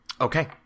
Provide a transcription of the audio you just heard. Okay